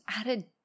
added